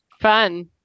Fun